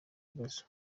bibazo